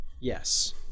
yes